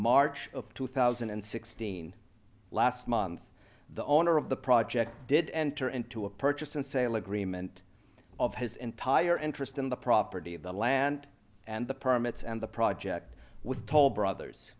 march of two thousand and sixteen last month the owner of the project did enter into a purchase and sale agreement of his entire interest in the property the land and the permits and the project with toll brothers